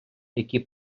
які